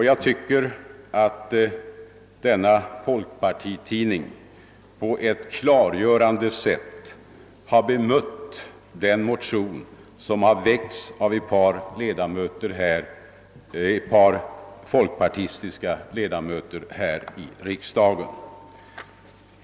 Jag tycker att denna folkpartitidning på ett klargörande sätt har bemött den motion som har väckts av ett par folkpartistiska ledamöter här i riksdagen.